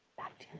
that